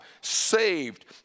saved